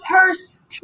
purse